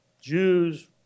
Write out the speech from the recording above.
Jews